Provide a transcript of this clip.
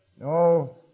No